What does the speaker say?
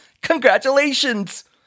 Congratulations